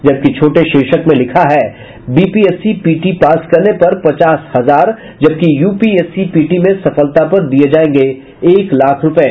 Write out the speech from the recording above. जबकि छोटे शीर्षक में लिखा है बीपीएसी पीटी पास करने पर पचास हजार जबकि यूपीएससी पीटी में सफलता पर दिये जायेंगे एक लाख रूपये